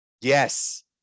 Yes